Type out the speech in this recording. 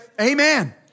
Amen